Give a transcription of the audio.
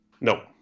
No